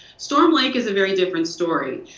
storm lake is a very different story.